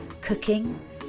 cooking